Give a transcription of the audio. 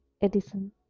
Edison